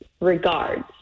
regards